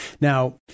Now